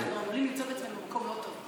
אנחנו עלולים למצוא את עצמנו במקום לא טוב,